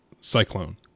cyclone